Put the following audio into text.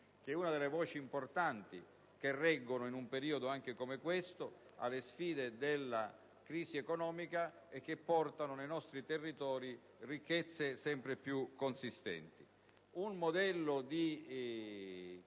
una delle voci importanti che, anche in un periodo come questo, reggono alle sfide della crisi economica e portano nei nostri territori ricchezze sempre più consistenti. Un modello di